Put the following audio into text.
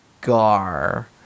Gar